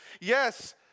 Yes